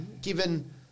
given